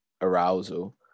arousal